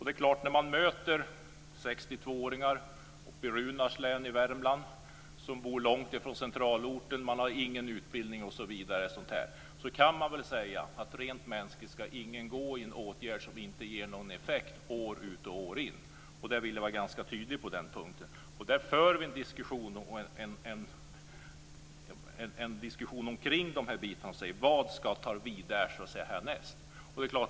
Det är klart att när man möter 62-åringar i Runars län Värmland som bor långt från centralorten och inte har någon utbildning, kan man väl säga rent mänskligt att ingen år ut och år in ska delta i en åtgärd som inte ger någon effekt. På den punkten vill jag vara ganska tydlig. Vi för en diskussion om de här delarna och säger: Vad ska ta vid härnäst?